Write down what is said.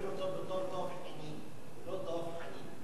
אני מכיר אותו בתור דב חֵנין, לא דב חַנין.